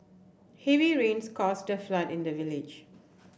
heavy rains caused the flood in the village